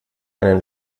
einen